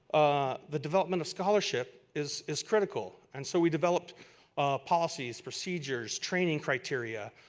ah the development of scholarship is is critical. and so we developed policies, procedures, training criteria